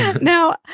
Now